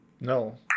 No